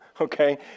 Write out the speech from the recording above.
okay